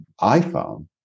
iPhone